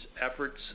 efforts